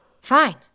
Fine